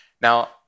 Now